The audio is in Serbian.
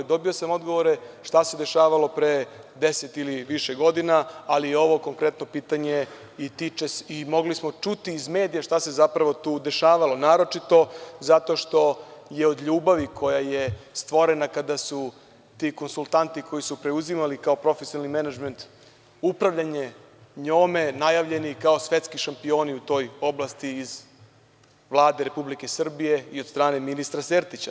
Dobio sam odgovore šta se dešavalo pre deset ili više godina, ali ovo konkretno pitanje i tiče se i mogli smo čuti iz medija šta se zapravo tu dešavalo, naročito zašto što je od ljubavi koja je stvorena kada su ti konsultanti koji su preuzimali kao profesionalni menadžment upravljanje njome najavljeni kao svetski šampioni u toj oblasti iz Vlade RS i od strane ministra Sertića.